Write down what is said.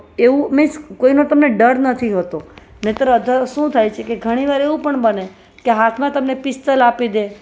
એવું મિન્સ તમને કોઈનો તમને ડર નથી હોતો નહીં તો અધર શું થાય છે ઘણી વાર એવું પણ બને કે હાથમાં તમને પિસ્તોલ આપી દે